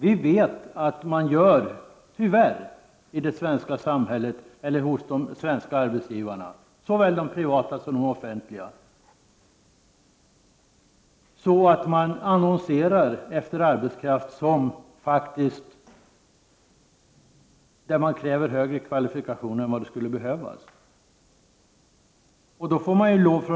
Vi vet dessutom att de svenska arbetsgivarna, såväl de privata som de offentliga, tyvärr annonserar efter arbetskraft med högre kvalifikationer än som skulle behövas.